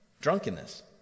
drunkenness